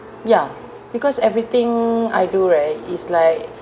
ya because everything I do right is like